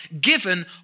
given